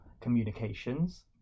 communications